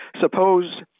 suppose